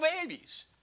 babies